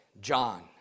John